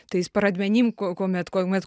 tais pradmenim kuo kuomet kuomet